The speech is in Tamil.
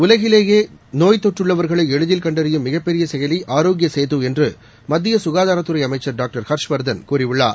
உலகிலேயே நோய்த்தொற்றுள்ளவர்களை எளிதில் கண்டறியும் மிகப்பெரிய செயலி ஆரோக்கிய சேது என்று மத்திய சுகாதாரத்துறை அமைச்ச் டாக்டர் ஹர்ஷ்வர்தன் கூறியுள்ளார்